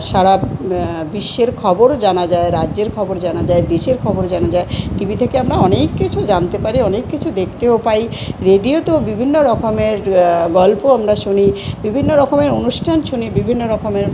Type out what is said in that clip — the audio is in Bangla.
সারা বিশ্বের খবরও জানা যায় রাজ্যের খবর জানা যায় দেশের খবর জানা যায় টিভি থেকে আমরা অনেক কিছু জানতে পারি অনেক কিছু দেখতেও পাই রেডিওতেও বিভিন্ন রকমের গল্প আমরা শুনি বিভিন্ন রকমের অনুষ্ঠান শুনি বিভিন্ন রকমের